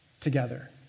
together